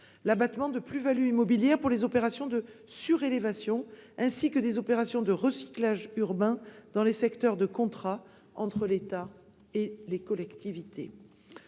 : abattement de plus-value immobilière pour les opérations de surélévation, ainsi que les opérations de recyclage urbain dans des secteurs de contrats entre l'État et les collectivités.